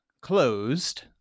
closed